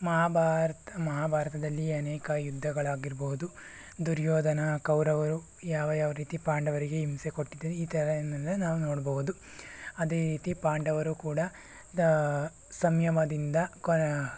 ಮಹಾಭಾರತ ಮಹಾಭಾರತದಲ್ಲಿ ಅನೇಕ ಯುದ್ಧಗಳಾಗಿರಬಹುದು ದುರ್ಯೋಧನ ಕೌರವರು ಯಾವ ಯಾವ ರೀತಿ ಪಾಂಡವರಿಗೆ ಹಿಂಸೆ ಕೊಟ್ಟಿದ್ದಾನೆ ಈ ಥರ ಏನಂದರೆ ನಾವು ನೋಡ್ಬಹುದು ಅದೇ ರೀತಿ ಪಾಂಡವರು ಕೂಡ ಕೊನ